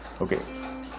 okay